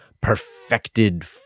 perfected